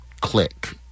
click